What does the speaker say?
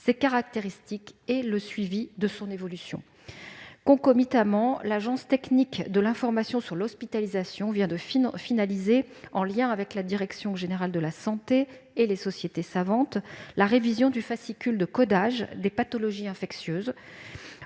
ses caractéristiques et le suivi de son évolution. Concomitamment, l'Agence technique de l'information sur l'hospitalisation, en lien avec la direction générale de la santé et les sociétés savantes, vient de finaliser la révision du fascicule de codage des pathologies infectieuses